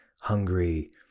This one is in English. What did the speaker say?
hungry